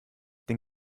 den